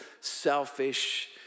selfish